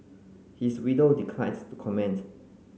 his widow declines to comment